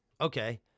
Okay